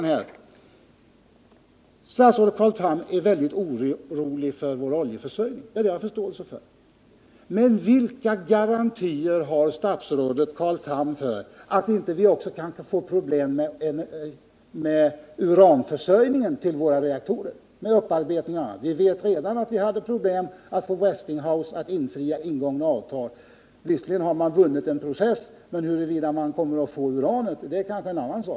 Statsrådet Carl Tham är mycket orolig för vår oljeförsörjning, och det har jag förståelse för. Men vilka garantier har statsrådet Carl Tham för att vi inte också kan få problem med uranförsörjningen till våra reaktorer, med upparbetning etc.? Vi vet redan att vi hade problem att få Westinghouse att infria ingångna avtal. Visserligen har man vunnit en process om detta, men huruvida man kommer att få sitt uran är kanske en annan fråga.